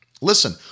Listen